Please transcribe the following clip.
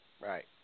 Right